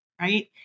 Right